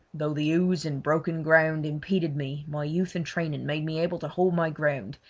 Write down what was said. though the ooze and broken ground impeded me my youth and training made me able to hold my ground,